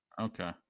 Okay